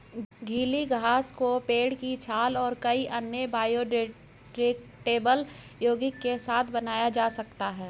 गीली घास को पेड़ की छाल और कई अन्य बायोडिग्रेडेबल यौगिक के साथ बनाया जा सकता है